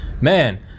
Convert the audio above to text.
Man